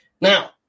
Now